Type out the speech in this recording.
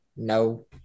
no